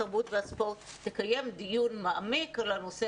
התרבות והספורט תקיים דיון מעמיק על הנושא